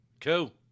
Cool